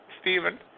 Stephen